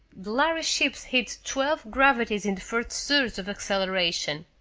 the lhari ships hit twelve gravities in the first surge of acceleration.